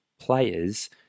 players